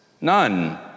none